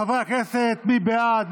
חברי הכנסת, מי בעד?